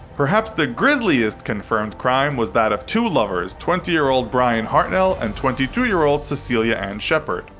perhaps the grisliest confirmed crime was that of two lovers, twenty year old bryan hartnell and twenty two year old cecelia ann shepard.